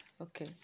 Okay